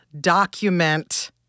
document